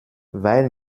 weil